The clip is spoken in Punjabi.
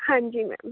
ਹਾਂਜੀ ਮੈਮ